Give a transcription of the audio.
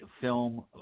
film